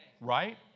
right